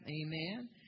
Amen